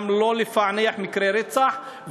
גם לא לפענח מקרי רצח,